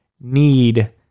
need